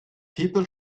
people